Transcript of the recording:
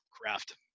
craft